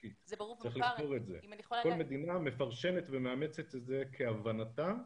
כל מדינה מפרשנת ומאמצת את זה כהבנתה.